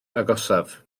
agosaf